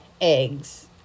eggs